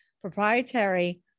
Proprietary